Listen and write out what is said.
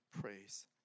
praise